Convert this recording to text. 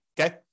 okay